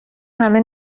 همه